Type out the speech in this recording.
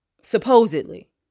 supposedly